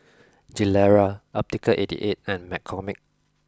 Gilera Optical eighty eight and McCormick